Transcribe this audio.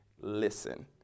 listen